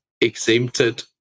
exempted